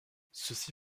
ceci